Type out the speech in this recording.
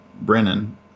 Brennan